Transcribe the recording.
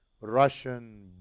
Russian